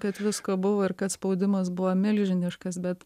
kad visko buvo ir kad spaudimas buvo milžiniškas bet